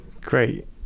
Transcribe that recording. great